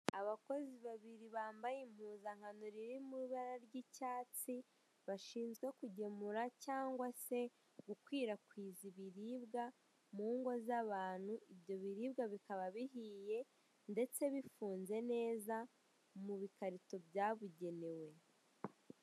Abakozi babiri bambaye impuzankano riri mu ibara ry'icyatsi, bashinzwe kugemura cyangwa se gukwirakwiza ibiribwa mu ngo z'abantu, ibyo biribwa bikaba bihiye ndetse bifunze neza mu bikarito bya bugenewe.